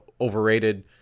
overrated